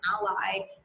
ally